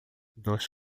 dois